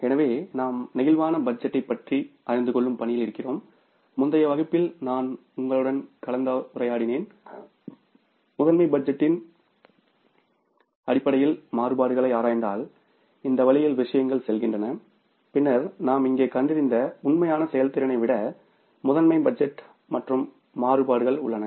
எனவே நாம் பிளேக்சிபிள் பட்ஜெட்டைப் பற்றி அறிந்துகொள்ளும் பணியில் இருக்கிறோம் முந்தைய வகுப்பில் நான் உங்களுடன் கலந்துரையாடினேன் முதன்மை பட்ஜெட்டின் அடிப்படையில் மாறுபாடுகளை ஆராய்ந்தால் இந்த வழியில் விஷயங்கள் செல்கின்றன பின்னர் நாம் இங்கே கண்டறிந்த உண்மையான செயல்திறனை விட மாஸ்டர் பட்ஜெட் மற்றும் மாறுபாடுகள் உள்ளன